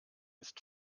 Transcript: ist